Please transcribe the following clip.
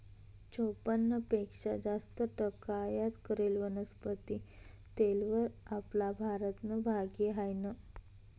चोपन्न पेक्शा जास्त टक्का आयात करेल वनस्पती तेलवर आपला भारतनं भागी हायनं